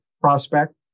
prospect